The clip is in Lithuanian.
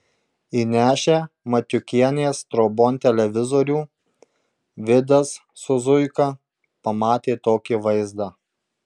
įnešę matiukienės trobon televizorių vidas su zuika pamatė tokį vaizdą